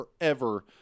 forever